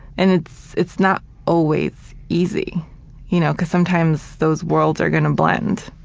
and it's it's not always easy you know because sometimes those worlds are gonna blend.